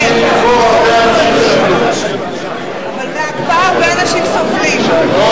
מקור, אבל, מהקפאה הרבה אנשים סובלים.